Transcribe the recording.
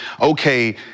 okay